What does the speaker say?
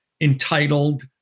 entitled